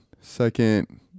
second